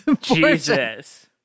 Jesus